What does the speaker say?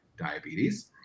diabetes